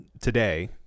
today